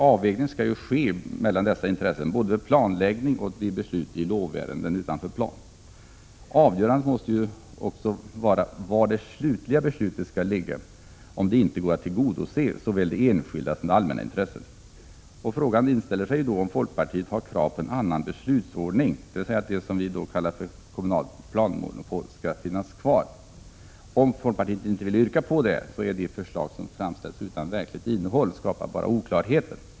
Avvägning skall ske både vid planläggning och vid beslut i lovärenden utanför plan. Avgörande måste också vara vem som skall fatta det slutliga beslutet, om det inte går att tillgodose såväl det enskilda som det allmänna intresset. Frågan inställer sig om folkpartiet har krav på en annan beslutsordning, dvs. att det som vi kallar kommunalt planmonopol inte skall finnas. Om folkpartiet inte vill yrka på att detta upphör, är de förslag som framställs utan verkligt innehåll och skapar bara oklarheter.